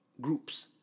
groups